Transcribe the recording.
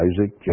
Isaac